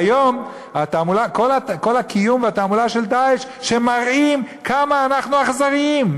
היום כל הקיום והתעמולה של "דאעש" הם שהם מראים: כמה אנחנו אכזריים,